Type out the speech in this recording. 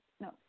no